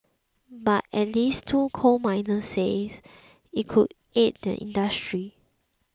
but at least two coal miners say it could aid their industry